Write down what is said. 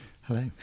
Hello